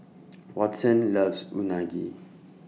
Watson loves Unagi